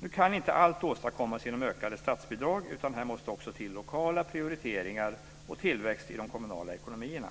Nu kan inte allt åstadkommas genom ökade statsbidrag, utan det måste också till lokala prioriteringar och tillväxt i de kommunala ekonomierna.